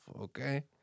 okay